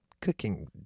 cooking